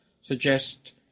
suggest